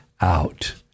out